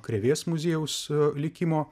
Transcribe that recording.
krėvės muziejaus likimo